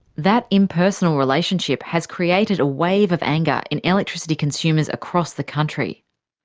that impersonal relationship has created a wave of anger in electricity consumers across the country.